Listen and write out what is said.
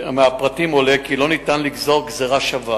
1. כמה אסירים השתמשו בעשר השנים האחרונות בהטבה של רכישת השכלה?